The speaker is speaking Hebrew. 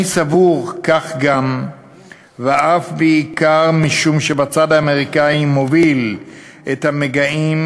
אני סבור כך גם ואף בעיקר משום שבצד האמריקני מוביל את המגעים